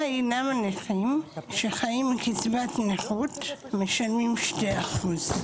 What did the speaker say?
היא למה נכים שחיים על קצבת נכות משלמים 2%?